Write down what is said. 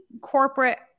corporate